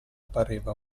pareva